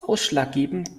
ausschlaggebend